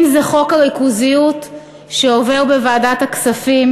אם זה חוק הריכוזיות שעובר בוועדת הכספים